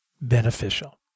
beneficial